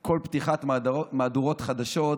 כל פתיחה של מהדורת חדשות,